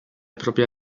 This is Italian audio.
proprie